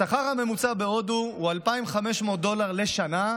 השכר הממוצע בהודו הוא 2,500 דולר לשנה,